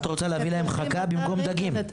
את רוצה להביא להם חכה במקום דגים,